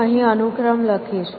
હું અહીં અનુક્રમ લખીશ